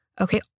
Okay